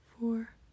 four